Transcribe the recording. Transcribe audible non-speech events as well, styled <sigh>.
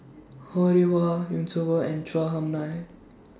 Ho Rih Hwa Yusnor Ef and Chua Hung lie <noise>